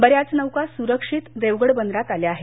बऱ्याच नौका सुरक्षित देवगड बंदरात आल्या आहेत